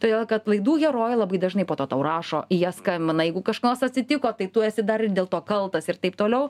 todėl kad laidų herojai labai dažnai po tau rašo jie skambina jeigu kas nors atsitiko tai tu esi dar ir dėl to kaltas ir taip toliau